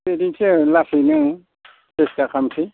जेरैखिजाया लसैनो सेस्था खामसै